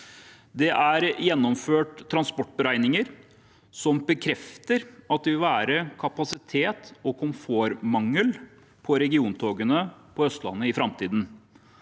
Det er gjennomført transportberegninger som bekrefter at det vil være kapasitets- og komfortmangel på regiontogene på Østlandet i framtiden.